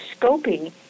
scoping